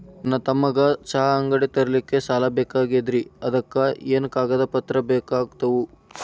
ನನ್ನ ತಮ್ಮಗ ಚಹಾ ಅಂಗಡಿ ತಗಿಲಿಕ್ಕೆ ಸಾಲ ಬೇಕಾಗೆದ್ರಿ ಅದಕ ಏನೇನು ಕಾಗದ ಪತ್ರ ಬೇಕಾಗ್ತವು?